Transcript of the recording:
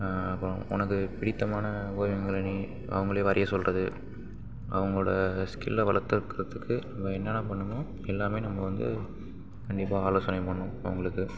அப்புறம் உனக்கு பிடித்தமான ஓவியங்களை நீ அவங்களையே வரைய சொல்கிறது அவங்களோட ஸ்கில்லை வளர்த்தக்கறத்துக்கு நம்ம என்னென்ன பண்ணணுமோ எல்லாமே நம்ம வந்து கண்டிப்பாக ஆலோசனை பண்ணுவோம் அவங்களுக்கு